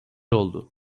oldu